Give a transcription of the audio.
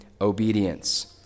obedience